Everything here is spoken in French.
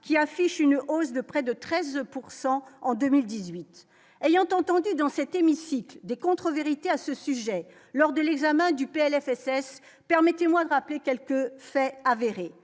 qui affiche une hausse de près de 13 pourcent en 2018 ayant entendu dans cet hémicycle des contrevérités à ce sujet lors de l'examen du PLFSS permettez-moi de rappeler quelques faits avérés,